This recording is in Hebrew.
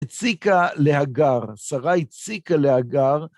הציקה להגר. שרה הציקה להגר...